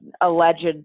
alleged